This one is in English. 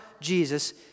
Jesus